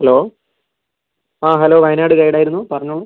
hello ആ hello Wayanad ഗൈഡാരുന്നു പറഞ്ഞോളൂ